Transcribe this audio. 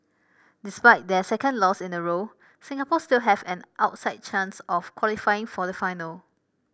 despite their second loss in a row Singapore still have an outside chance of qualifying for the final